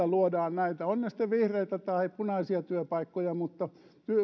luodaan näitä ovat ne sitten vihreitä tai punaisia työpaikkoja mutta